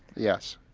yes.